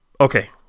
okay